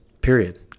period